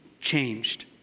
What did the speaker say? changed